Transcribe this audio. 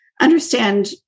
understand